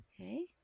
Okay